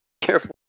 Careful